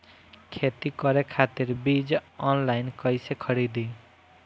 खेती करे खातिर बीज ऑनलाइन कइसे खरीदी?